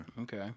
Okay